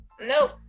Nope